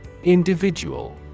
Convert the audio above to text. Individual